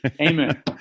Amen